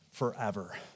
Forever